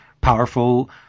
powerful